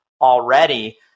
already